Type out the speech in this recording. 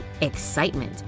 Excitement